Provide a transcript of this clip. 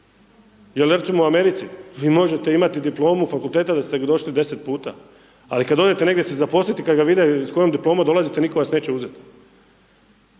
jel recimo u Americi vi možete imati diplomu fakulteta da se došli 10 puta, ali kad odete negdje se zaposliti, kad ga vide s kojom diplomom dolazite nitko vas neće uzet,